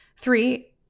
Three